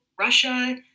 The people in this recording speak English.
Russia